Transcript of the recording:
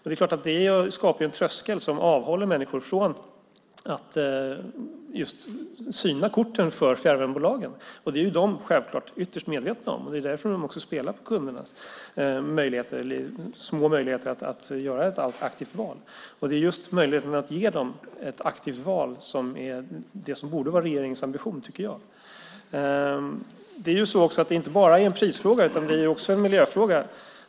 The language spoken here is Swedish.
Det skapar en tröskel som avhåller människor från att syna korten för fjärrvärmebolagen. Det är de självklart ytterst medvetna om. Det är därför som de också spelar på kundernas små möjligheter att göra ett aktivt val. Det är just möjligheten att ge dem ett aktivt val som borde vara regeringens ambition. Det är inte bara en prisfråga, utan det är också en miljöfråga.